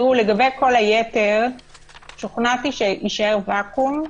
לגבי כל היתר שוכנעתי שיישאר ואקום,